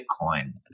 Bitcoin